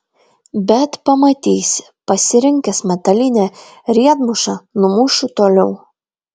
bet pamatysi pasirinkęs metalinę riedmušą numušiu toliau